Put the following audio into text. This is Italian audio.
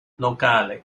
locale